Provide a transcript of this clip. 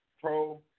Pro